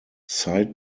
side